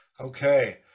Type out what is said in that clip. Okay